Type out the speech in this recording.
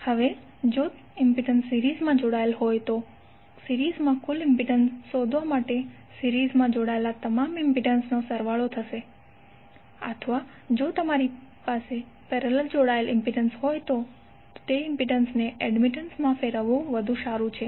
હવે જો impedance series માં જોડાયેલ હોય તો સિરીઝમાં કુલ ઇમ્પિડન્સ શોધવા માટે સિરીઝમાં જોડાયેલા તમામ ઇમ્પિડન્સ નો સરવાળો થશે અથવા જો તમારી પાસે પેરેલલમા જોડાયેલ ઇમ્પિડન્સ છે તો તે ઇમ્પિડન્સ ને એડમિટન્સ માં ફેરવવું વધુ સારું છે